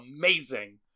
amazing